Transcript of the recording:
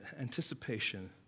anticipation